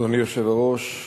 אדוני היושב-ראש,